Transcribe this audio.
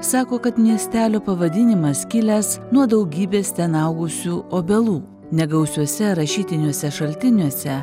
sako kad miestelio pavadinimas kilęs nuo daugybės ten augusių obelų negausiuose rašytiniuose šaltiniuose